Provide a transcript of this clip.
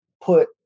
put